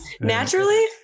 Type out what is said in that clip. Naturally